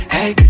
Hey